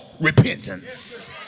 repentance